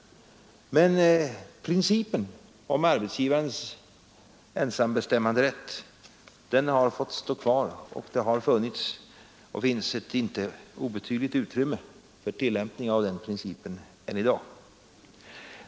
Men principen om arbetsgivarens ensambestämmanderätt har fått stå kvar, och det har funnits — och finns — ett inte obetydligt utrymme för tillämpning av den principen än i dag.